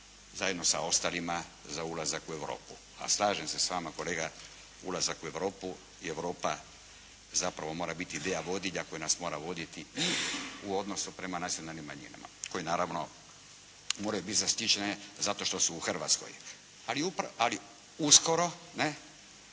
zajedno sa ostalima za ulazak u Europu. A slažem se s vama kolega, ulazak u Europu i Europa zapravo mora biti ideja vodilja koja nas mora voditi i u odnosu prema nacionalnim manjinama koje naravno moraju biti zaštićene zato što su u Hrvatskoj. Ali uskoro mi,